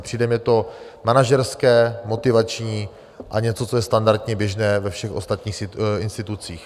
Přijde mně to manažerské, motivační a něco, co je standardně běžné ve všech ostatních institucích.